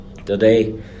Today